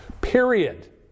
Period